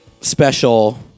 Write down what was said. special